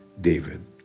David